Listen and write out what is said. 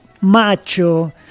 macho